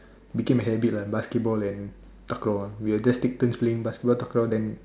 became a habit lah basketball and takraw ah we will just take turns playing basketball takraw then